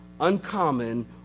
uncommon